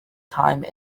time